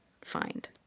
find